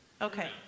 okay